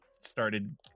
started